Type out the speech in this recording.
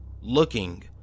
looking